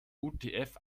utf